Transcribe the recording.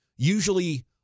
Usually